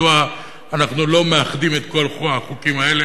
מדוע אנחנו לא מאחדים את כל החוקים האלה.